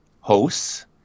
hosts